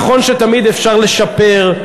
נכון שתמיד אפשר לשפר,